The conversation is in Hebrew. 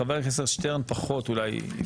חבר הכנסת אלקין חיכה פה כמה שעות.